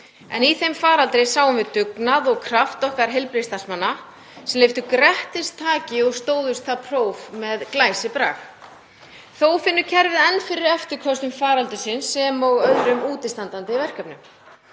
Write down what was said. Í þeim faraldri sáum við dugnað og krafta okkar heilbrigðisstarfsmanna sem lyftu grettistaki og stóðust það próf með glæsibrag. Þó finnur kerfið enn fyrir eftirköstum faraldursins sem og öðrum útistandandi verkefnum.